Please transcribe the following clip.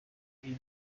iyi